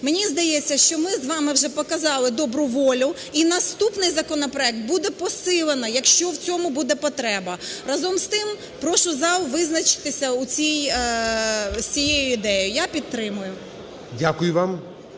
Мені здається, що ми з вами вже показали добру волю, і наступний законопроект буде посилено, якщо в цьому буде потреба. Разом з тим прошу зал визначитися з цією ідеєю, я підтримую. ГОЛОВУЮЧИЙ.